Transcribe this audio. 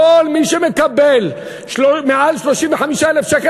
כל מי שמקבל מעל 35,000 שקל,